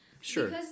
Sure